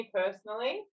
personally